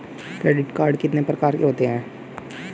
Credit card कितने प्रकार के होते हैं?